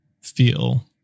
feel